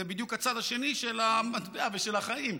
זה בדיוק הצד השני של המטבע ושל החיים,